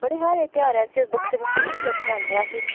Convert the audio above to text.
बड़े हारे ध्यारें च बक्खरी बक्खरी चीजां बनानें अस